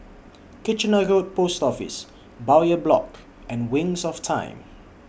Kitchener Road Post Office Bowyer Block and Wings of Time